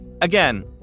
Again